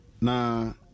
Now